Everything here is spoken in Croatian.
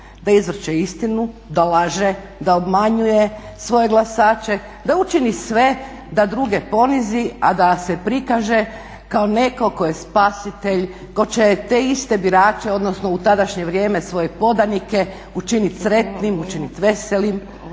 Da izvrće istinu, da laže, da obmanjuje svoje glasače, da učini sve da druge ponizi, a da se prikaže kao netko tko je spasitelj, tko će te iste birače odnosno u tadašnje vrijeme svoje podanike učiniti sretnim, učiniti veselim.